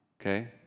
okay